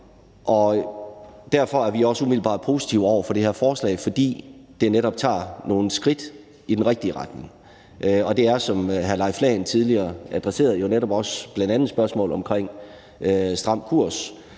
derfor er vi også umiddelbart positive over for det her forslag, fordi det netop tager nogle skridt i den rigtige retning, og det er, som hr. Leif Lahn Jensen tidligere adresserede, bl.a. også netop et spørgsmål omkring Stram Kurs